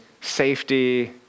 safety